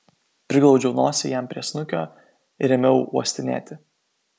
priglaudžiau nosį jam prie snukio ir ėmiau uostinėti